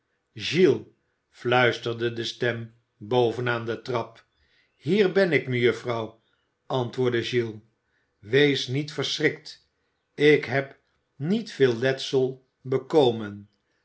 oiles fluisterde de stem boven aan de trap hir ben ik mejuffrouw antwoordde giles wees niet verschrikt ik heb niet veel letsel bekomen